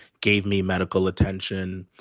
gave me medical attention.